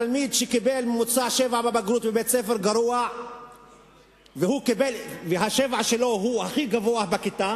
תלמיד שקיבל ממוצע 7 בבגרות בבית-ספר גרוע וה-7 שלו הכי גבוה בכיתה,